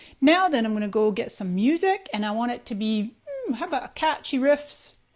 now then, i'm gonna go get some music and i want it to be how about a catchy riffs.